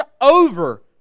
over